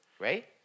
Right